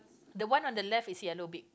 the one on the left is yellow beak